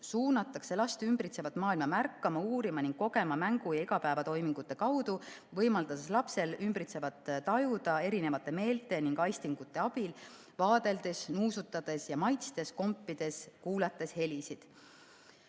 "suunatakse last ümbritsevat maailma märkama, uurima ning kogema mängu ja igapäevatoimingute kaudu, võimaldades lapsel ümbritsevat tajuda erinevate meelte ning aistingute abil: vaadeldes, nuusutades ja maitstes, kompides, kuulates helisid"?"